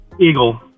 Eagle